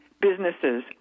businesses